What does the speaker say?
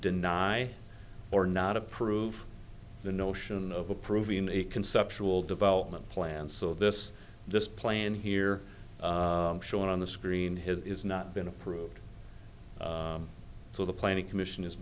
deny or not approve the notion of approving a conceptual development plan so this this plan here shown on the screen his is not been approved so the planning commission is